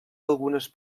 algunes